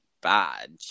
badge